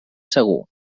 segur